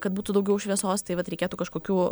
kad būtų daugiau šviesos tai vat reikėtų kažkokių